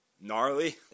gnarly